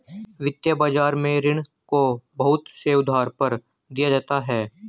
वित्तीय बाजार में ऋण को बहुत से आधार पर दिया जाता है